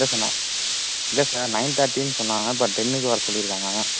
இல்லை சார் ந இல்லை சார் நைன் தேட்டின்னு சொன்னாங்க பட் இன்னைக்கு வர சொல்லிருக்கன்னாங்க